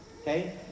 Okay